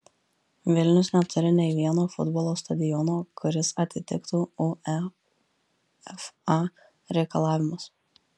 vilnius neturi nei vieno futbolo stadiono kuris atitiktų uefa reikalavimus